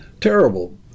terrible